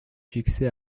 fixé